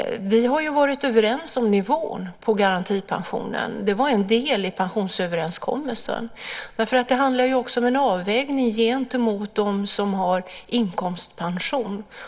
Vi har varit överens om nivån på garantipensionen. Det var en del i pensionsöverenskommelsen. Det handlar ju också om en avvägning gentemot dem som har inkomstpension.